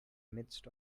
midst